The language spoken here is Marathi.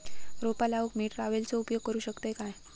रोपा लाऊक मी ट्रावेलचो उपयोग करू शकतय काय?